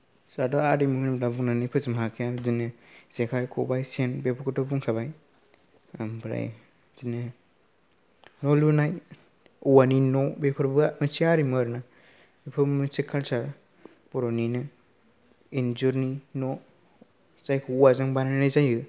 जाहाथ' आरिमु होनब्ला बुंनानै फोजोबनो हाखाया बिदिनो जेखाइ खबाइ सेन बेफोरखौथ' बुंखाबाय आमफ्राय बिदिनो न' लुनाय औवानि न' बेफोरबो मोनसे आरिमु आरो ना बेफोरबो मोनसे कालसार बर'निनो इन्जुरनि न' जायखौ औवाजों बानायनाय जायो